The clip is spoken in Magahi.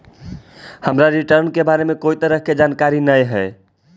हमरा रिटर्न के बारे में कोई तरह के जानकारी न हे